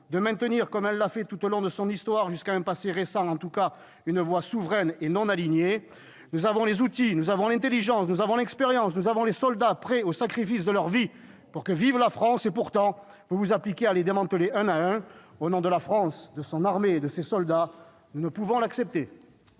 de maintenir, comme elle l'a fait tout au long de son histoire, en tout cas jusqu'à un passé récent, une voix souveraine et non alignée. Nous avons les outils, nous avons l'intelligence, nous avons l'expérience, nous avons les soldats prêts au sacrifice de leur vie, pour que vive la France, et, pourtant, vous vous appliquez à les démanteler un à un. Au nom de la France, de son armée et de ses soldats, nous ne pouvons l'accepter.